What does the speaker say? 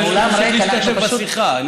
להשתתף בשיחה.